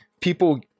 people